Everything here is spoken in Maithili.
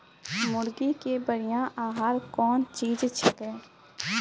मुर्गी के बढ़िया आहार कौन चीज छै के?